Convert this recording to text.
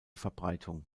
verbreitung